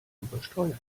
übersteuert